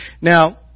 Now